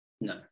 No